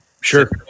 Sure